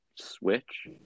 Switch